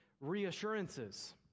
reassurances